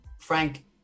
Frank